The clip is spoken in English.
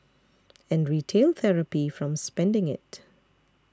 and retail therapy from spending it